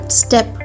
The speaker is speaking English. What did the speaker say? step